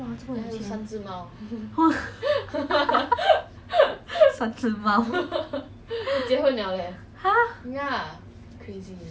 !wah! 这么有钱 !wah! 三只猫 !huh!